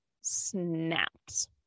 snaps